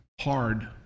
hard